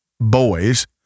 boys